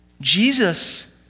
Jesus